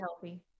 healthy